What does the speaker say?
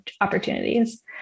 opportunities